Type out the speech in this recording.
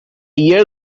year